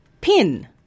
Pin